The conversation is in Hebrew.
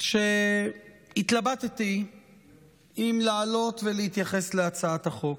שהתלבטתי אם לעלות ולהתייחס להצעת החוק,